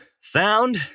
sound